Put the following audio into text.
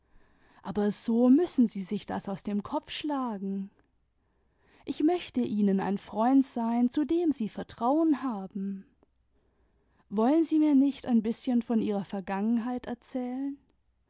aber so müssen sie sich das aus dem kopf schlagen ich möchte ihnen ein freund sein zu dem sie vertrauen haben wollen sie mir nicht ein bißchen von ihrer vergangenheit erzählen